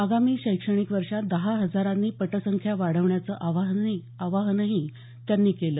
आगामी शैक्षणिक वर्षात दहा हजारांनी पटसंख्या वाढवण्याचं आवाहनही त्यांनी केलं